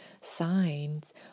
signs